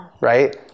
right